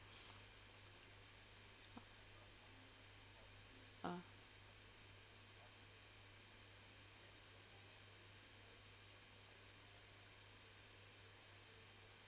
ah